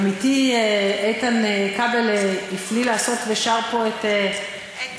עמיתי איתן כבל הפליא לעשות ושר פה את נילס.